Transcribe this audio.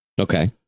Okay